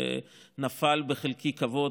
נפל בחלקי הכבוד,